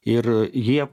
ir jie